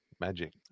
magic